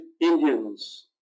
Indians